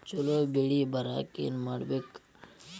ಛಲೋ ಬೆಳಿ ಬರಾಕ ಏನ್ ಮಾಡ್ಬೇಕ್?